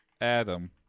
Adam